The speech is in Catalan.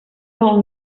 del